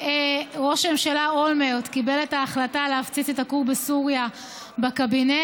ראש הממשלה אולמרט קיבל את ההחלטה להפציץ את הכור בסוריה בקבינט,